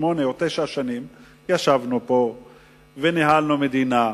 שמונה או תשע שנים ישבנו פה וניהלנו מדינה.